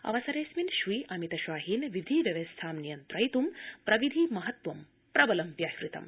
अवसरेऽस्मिन् श्री अमितशाहेन विधि व्यवस्थां नियन्त्रयित्ं प्रविधि महत्वं प्रबलं व्याहृतमु